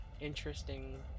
interesting